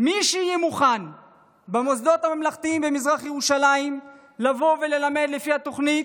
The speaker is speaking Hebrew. מי שבמוסדות הממלכתיים במזרח ירושלים יהיה מוכן ללמד לפי התוכנית,